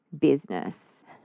business